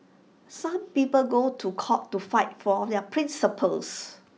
some people go to court to fight for their principles